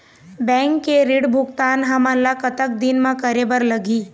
Bank के ऋण भुगतान हमन ला कतक दिन म करे बर लगही?